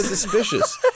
suspicious